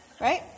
right